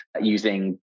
using